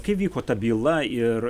kaip vyko ta byla ir